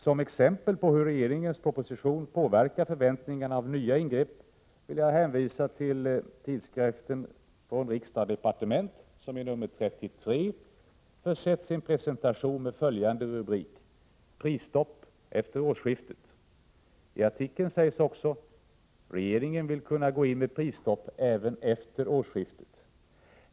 Som exempel på hur regeringens proposition påverkar förväntningarna om nya ingrepp vill jag hänvisa till tidskriften Från Riksdag och Departement, som i nr 33 försett sin presentation med följande rubrik: ”Prisstopp efter årsskiftet”. I artikeln sägs också: ”Regeringen vill kunna gå in med prisstopp även efter årsskiftet”.